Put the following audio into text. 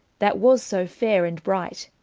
that was so faire and brighte,